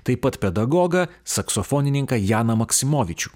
taip pat pedagogą saksofonininką janą maksimovičių